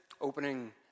opening